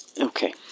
Okay